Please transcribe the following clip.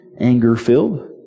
anger-filled